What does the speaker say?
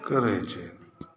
करै छथि